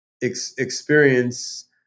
experience